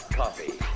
coffee